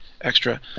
extra